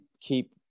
keep